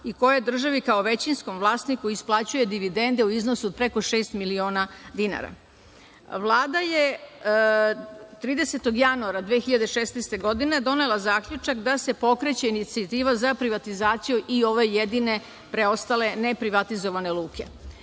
i koje državi kao većinskom vlasniku isplaćuje dividende u iznosu od preko šest miliona dinara. Vlada je 30. januara 2016. godine donela zaključak da se pokreće inicijativa za privatizaciju i ove jedine preostale neprivatizovane luke.